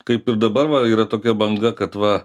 kaip ir dabar va yra tokia banga kad va